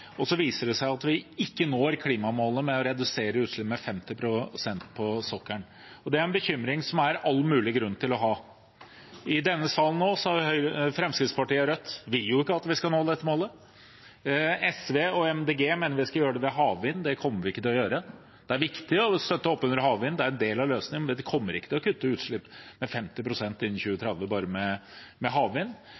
og det så viser seg at vi ikke har nådd klimamålet om å redusere utslipp med 50 pst. på sokkelen, og det er en bekymring som det er all mulig grunn til å ha. Nå i denne salen vil jo ikke Fremskrittspartiet og Rødt at vi skal nå dette målet. SV og Miljøpartiet De Grønne mener vi skal gjøre det med havvind, det kommer vi ikke til å gjøre. Det er viktig å støtte opp under havvind, det er en del av løsningen, men en kommer ikke til å kutte utslipp med 50 pst. innen